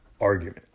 argument